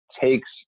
takes